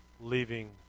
leaving